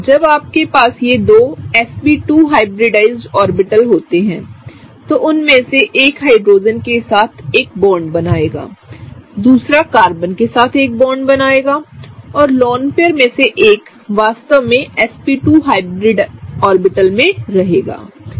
जब आपके पास ये sp2हाइब्रिडाइज्ड ऑर्बिटल्स होते हैं तो उनमें से एक हाइड्रोजन के साथ एक बॉन्ड बनाएगा दूसरा कार्बन के साथ एक बॉन्ड बनाएगा और लोन पेयर में से एक वास्तव में sp2हाइब्रिड ऑर्बिटल्समें रहेगा ठीक है